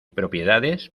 propiedades